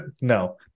No